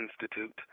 Institute